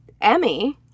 Emmy